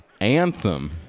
Anthem